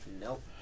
nope